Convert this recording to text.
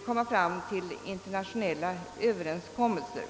träffa internationella överenskommelser.